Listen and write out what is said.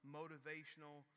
motivational